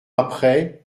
après